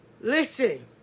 Listen